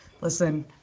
listen